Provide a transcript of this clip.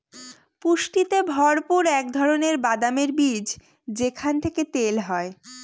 পুষ্টিতে ভরপুর এক ধরনের বাদামের বীজ যেখান থেকে তেল হয়